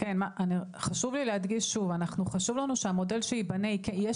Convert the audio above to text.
חשוב לי להדגיש שוב: חשוב לנו שהמודל שייבנה יהיה